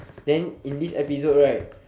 then in this episode right